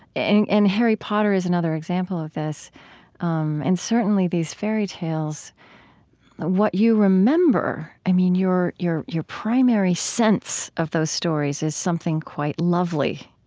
and and harry potter is another example of this um and certainly these fairy tales what you remember, i mean your your primary sense of those stories is something quite lovely